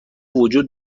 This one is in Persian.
وجود